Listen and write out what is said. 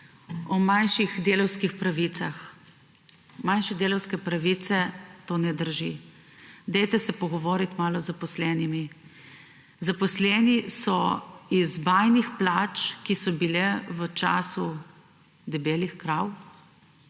o manjših delavskih pravicah. Manjše delavske pravice – to ne drži. Dajte se malo pogovoriti z zaposlenimi. Zaposleni so iz bajnih plač, ki so bile v času debelih krav,